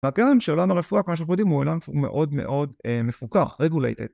והקרן של עולם הרפואה כמו שאנחנו יודעים הוא עולם מאוד מאוד מפוקח, regulated.